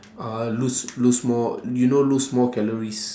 uh lose lose more you know lose more calories